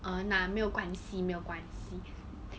err 那没有关系没有关系